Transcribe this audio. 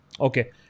Okay